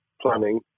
planning